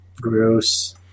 Gross